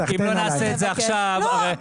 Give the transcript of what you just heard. אם לא נעשה את זה עכשיו --- לא,